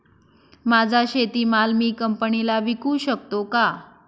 माझा शेतीमाल मी कंपनीला विकू शकतो का?